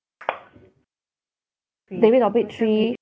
debate topic three